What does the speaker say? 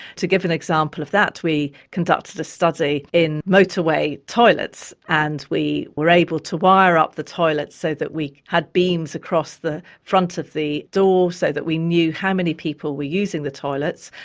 to give an example of that, we conducted a study in motorway toilets, and we were able to wire up the toilet so that we had beams across the front of the door so that we knew how many people were using the toilets,